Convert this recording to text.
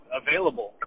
available